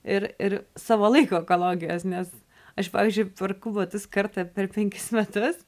ir ir savo laiko ekologijos nes aš pavyzdžiui perku batus kartą per penkis metus